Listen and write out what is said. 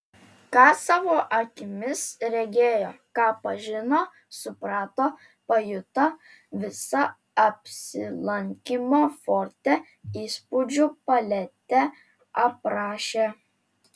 ką savo akimis regėjo ką pažino suprato pajuto visą apsilankymo forte įspūdžių paletę aprašė